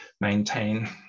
maintain